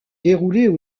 déroulaient